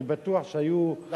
אני בטוח שהיו מסיימים.